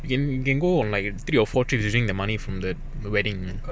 you can you can go on like three or four trips using the money from the wedding and correct exactly